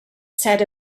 said